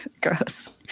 gross